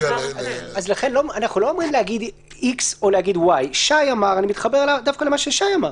אנחנו לא אומרים להגיד X או להגיד Y. אני מתחבר דווקא למה ששי אמר.